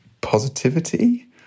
positivity